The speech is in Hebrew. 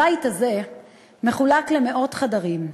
הבית הזה מחולק למאות חדרים,